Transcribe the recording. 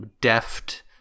deft